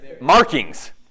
markings